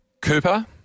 Cooper